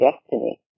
destiny